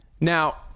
now